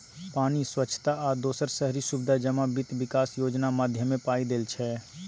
पानि, स्वच्छता आ दोसर शहरी सुबिधा जमा बित्त बिकास योजना माध्यमे पाइ देल जाइ छै